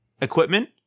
equipment